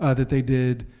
ah that they did,